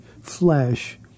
flesh